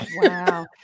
Wow